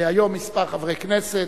היום כמה חברי כנסת,